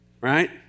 right